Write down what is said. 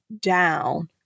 down